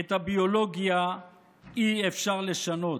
את הביולוגיה אי-אפשר לשנות,